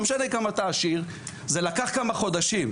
לא משנה כמה אתה עשיר, זה לקח כמה חודשים.